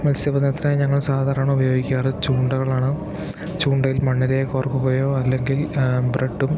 മത്സ്യബന്ധനത്തിനായി ഞങ്ങൾ സാധാരണ ഉപയോഗിക്കാറ് ചൂണ്ടകളാണ് ചൂണ്ടയിൽ മണ്ണിരയെ കോർക്കുകയോ അല്ലെങ്കിൽ ബ്രെഡും